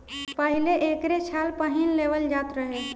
पहिले एकरे छाल पहिन लेवल जात रहे